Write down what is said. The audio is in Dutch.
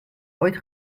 ooit